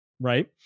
right